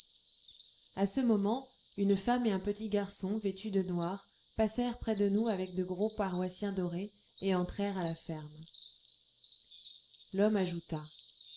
à ce moment une femme et un petit garçon vêtus de noir passèrent près de nous avec de gros paroissiens dorés et entrèrent à la ferme l'homme ajouta